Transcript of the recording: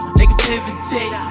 negativity